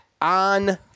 on